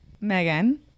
Megan